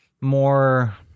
more